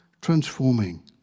transforming